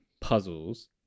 puzzles